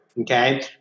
okay